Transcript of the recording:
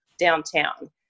Downtown